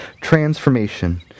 transformation